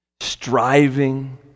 striving